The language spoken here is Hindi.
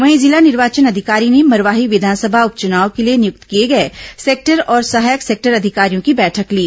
वहीं जिला निर्वाचन अधिकारी ने मरवाही विधानसभा उपचुनाव के लिए नियुक्त किए गए सेक्टर और सहायक सेक्टर अधिकारियों की बैठक ली